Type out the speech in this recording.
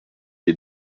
les